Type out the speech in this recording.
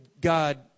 God